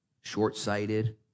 short-sighted